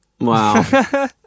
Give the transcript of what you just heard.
Wow